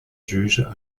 juges